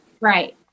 right